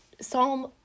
Psalm